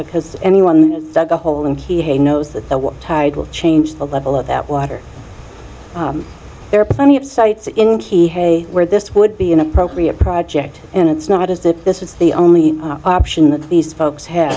because anyone dug a hole and he knows the tide will change the level of that water there are plenty of sites in the hay where this would be an appropriate project and it's not as if this is the only option that these folks ha